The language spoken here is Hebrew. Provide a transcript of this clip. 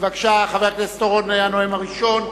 חבר הכנסת אורון יהיה הנואם הראשון,